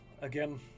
Again